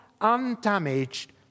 undamaged